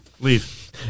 leave